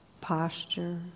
posture